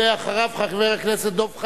ואחריו, חבר הכנסת דב חנין.